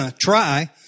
try